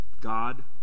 God